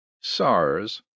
SARS